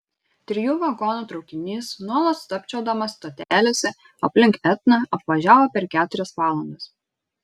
trijų vagonų traukinys nuolat stabčiodamas stotelėse aplink etną apvažiavo per keturias valandas